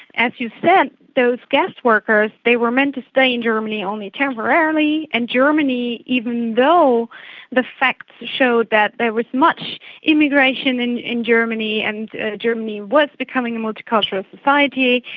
as you said, those guest workers, they were meant to stay in germany only temporarily. and germany, even though the facts showed that there was much immigration and in germany and germany was becoming a multicultural society,